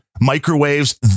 microwaves